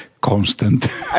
constant